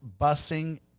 busing